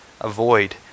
avoid